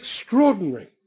extraordinary